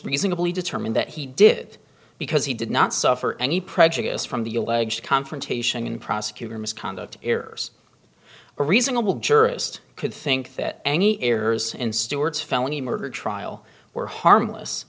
reasonably determined that he did because he did not suffer any prejudice from the alleged confrontation prosecutor misconduct errors a reasonable jurist could think that any errors in stewart's felony murder trial were harmless